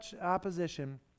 opposition